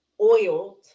oiled